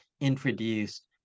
introduced